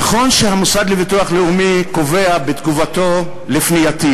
נכון שהמוסד לביטוח לאומי קובע בתגובתו על פנייתי,